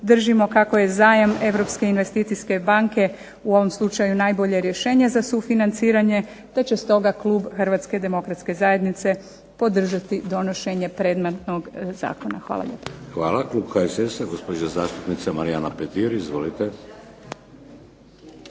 držimo kako je zajam Europske investicijske banke u ovom slučaju najbolje rješenje za sufinanciranje te će stoga klub Hrvatske demokratske zajednice podržati donošenje predmetnog zakona. Hvala lijepo. **Bebić, Luka (HDZ)** Hvala. Klub HSS-a, gospođa zastupnica Marijana Petir. Izvolite.